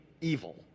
evil